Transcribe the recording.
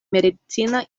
medicina